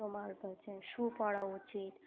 তোমার হচ্ছে শ্যু পরা উচিত